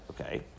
Okay